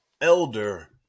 elder